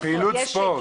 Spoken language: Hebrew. רק בפעילות ספורט.